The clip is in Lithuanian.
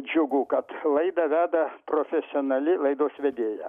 džiugu kad laidą veda profesionali laidos vedėja